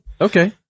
Okay